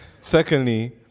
secondly